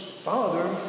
father